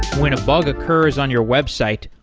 when a bug occurs on your website,